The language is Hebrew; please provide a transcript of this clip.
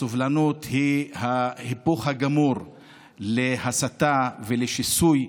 הסובלנות היא ההיפוך הגמור מהסתה ומשיסוי,